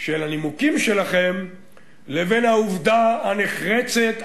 של הנימוקים שלכם לבין העובדה הנחרצת,